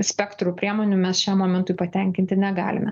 spektru priemonių mes šiam momentui patenkinti negalime